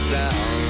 down